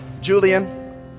Julian